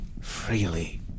freely